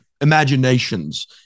imaginations